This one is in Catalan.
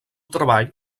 treball